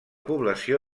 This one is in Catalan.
població